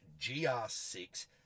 GR6